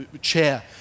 chair